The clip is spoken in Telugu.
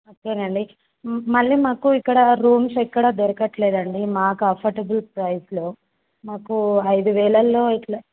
ఎవరండి మళ్ళీ మాకు ఇక్కడ రూమ్స్ ఎక్కడ దొరకట్లేదు అండి మా కంఫర్టుబుల్ ప్రైస్లో మాకు ఐదు వేలలో ఇలా